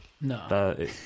No